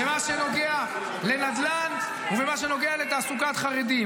במה שנוגע לנדל"ן ובמה שנוגע לתעסוקת חרדים.